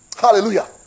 Hallelujah